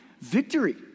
victory